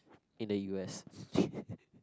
in the U_S